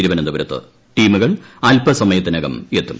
തിരുവനന്തപൂരത്ത് ടീമുകൾ അൽപസമയത്തിനകം എത്തും